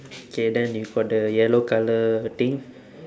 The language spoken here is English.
K then you got the yellow colour thing